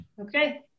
Okay